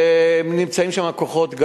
נמצאים שם כוחות,